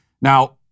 Now